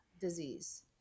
disease